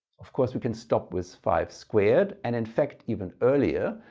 of course we can stop with five squared, and in fact even earlier,